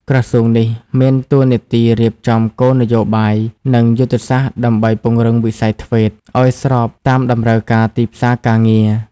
ក្រសួងនេះមានតួនាទីរៀបចំគោលនយោបាយ និងយុទ្ធសាស្ត្រដើម្បីពង្រឹងវិស័យ ធ្វេត TVET ឱ្យស្របតាមតម្រូវការទីផ្សារការងារ។